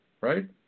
right